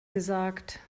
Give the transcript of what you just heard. gesagt